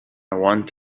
want